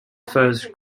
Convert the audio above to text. first